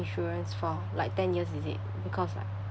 insurance for like ten years is it because like